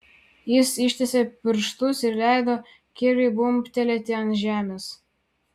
jis ištiesė pirštus ir leido kirviui bumbtelėti ant žemės